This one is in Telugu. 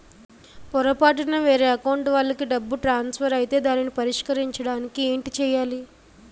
పొరపాటున వేరే అకౌంట్ వాలికి డబ్బు ట్రాన్సఫర్ ఐతే దానిని పరిష్కరించడానికి ఏంటి చేయాలి?